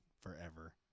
forever